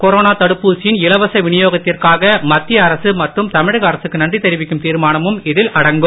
corona தடுப்பூசியின் இலவச வினியோகத்திற்காக மத்திய அரசு மற்றும் தமிழக அரசுக்கு நன்றி தெரிவிக்கும் தீர்மானமும் இதில் அடங்கும்